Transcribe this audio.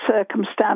circumstances